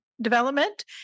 development